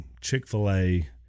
chick-fil-a